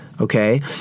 Okay